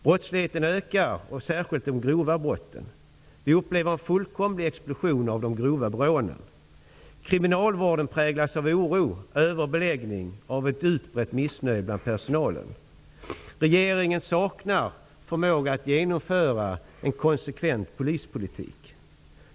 Brottsligheten ökar, särskilt den grova brottsligheten. Vi upplever en explosion av grova rån. Kriminalvården präglas av oro, överbeläggning och ett utbrett missnöje bland personalen. Regeringen saknar förmåga att genomföra en konsekvent polispolitik.